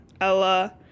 Ella